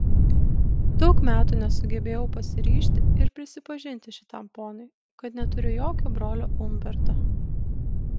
daug metų nesugebėjau pasiryžti ir prisipažinti šitam ponui kad neturiu jokio brolio umberto